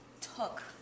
took